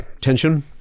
tension